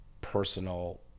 personal